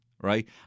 right